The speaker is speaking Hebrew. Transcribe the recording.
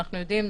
אנחנו יודעים,